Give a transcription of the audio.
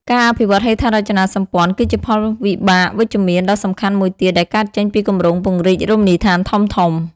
ការអភិវឌ្ឍហេដ្ឋារចនាសម្ព័ន្ធ គឺជាផលវិបាកវិជ្ជមានដ៏សំខាន់មួយទៀត ដែលកើតចេញពីគម្រោងពង្រីករមណីយដ្ឋានធំៗ។